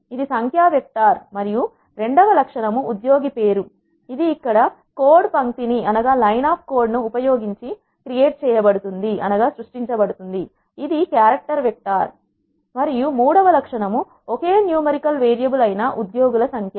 ఇది సంఖ్య వెక్టార్ మరియు రెండవ లక్షణం ఉద్యోగి పేరు ఇది ఇక్కడ కోడ్ పంక్తిని ఉపయోగించి సృష్టించబడుతుంది ఇది క్యారెక్టర్ వెక్టార్ మరియు మూడవ లక్షణం ఒకే న్యూమరికల్ వేరియబుల్ అయినా ఉద్యోగుల సంఖ్య